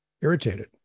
irritated